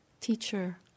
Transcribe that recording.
teacher